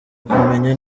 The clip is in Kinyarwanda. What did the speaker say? kumenya